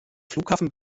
flughafen